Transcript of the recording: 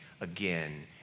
again